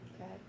okay